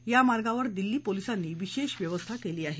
या मार्गावर मार्गावर दिल्ली पोलिसांनी विशेष व्यवस्था केली आहे